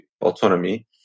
autonomy